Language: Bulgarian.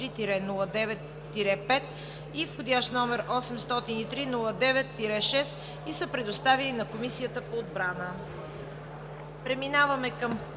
и входящ номер № 803-09-6 и са предоставени на Комисията по отбрана.